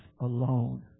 alone